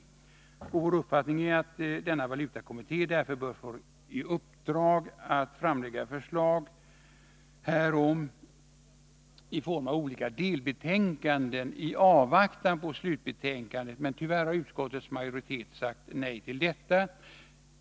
Enligt vår mening bör därför valutakommittén få i uppdrag att framlägga förslag härom i form av olika delbetänkanden i avvaktan på slutbetänkandet. Tyvärr har utskottets majoritet sagt nej till detta.